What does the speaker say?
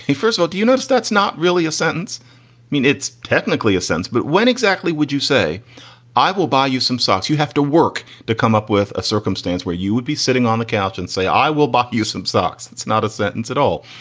first all, do you notice that's not really a sentence? i mean, it's technically a sense, but when exactly would you say i will buy you some socks? you have to work to come up with a circumstance where you would be sitting on the couch and say, i will buy you some socks. it's not a sentence at all.